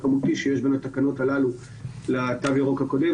הכמותי שיש בין התקנות הללו לתו הירוק הקודם,